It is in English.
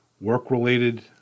work-related